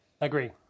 agree